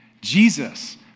Jesus